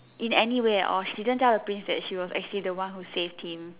in any way at all she didn't tell the prince that she was actually the one who saved him